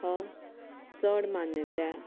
हो चड मनोवपाक